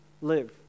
live